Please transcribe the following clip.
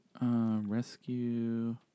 Rescue